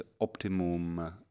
optimum